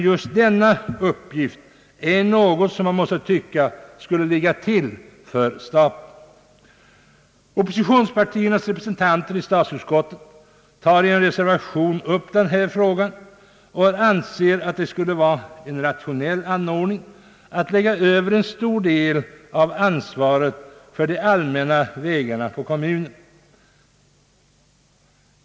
Just denna uppgift är något man måste anse åligger staten. Oppositionspartiernas representanter i statsutskottet ifrågasätter i en reservation att det vore en rationell anordning att lägga över en stor del av ansvaret för de allmänna vägarna på kommunerna.